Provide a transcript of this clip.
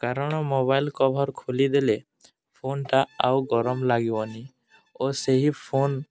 କାରଣ mobile cover ଖୋଲିଦେଲେ ଫୋନଟା ଆଉ ଗରମ ଲାଗିବନି ଓ ସେହି ଫୋନ